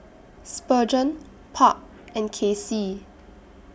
Spurgeon Park and Kaycee